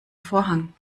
vorhang